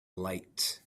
light